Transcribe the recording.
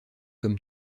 comme